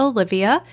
Olivia